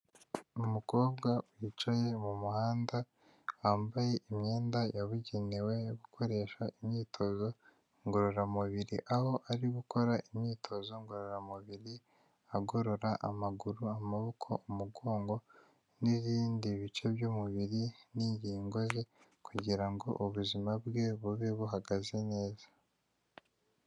Umukobwa wicaye mu muhanda wambaye imyenda yabugenewe gukoresha imyitozo ngororamubiri, aho ari gukora imyitozo ngororamubiri agorora amaguru, amaboko, umugongo n'ibindi bice by'umubiri n'ingingo ze kugira ngo ubuzima bwe bube buhagaze neza.